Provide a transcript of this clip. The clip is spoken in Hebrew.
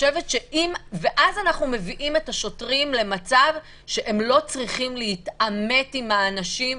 ואז אנחנו מביאים את השוטרים למצב שהם לא צריכים להתעמת עם האנשים.